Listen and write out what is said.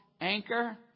anchor